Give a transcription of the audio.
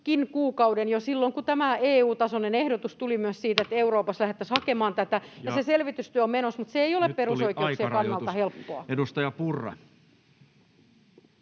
kuukauden jo silloin, kun tämä EU-tasoinen ehdotus tuli myös siitä, että Euroopassa lähdettäisiin hakemaan tätä. Se selvitystyö on menossa, mutta se ei ole perusoikeuksien kannalta helppoa. [Speech 99] Speaker: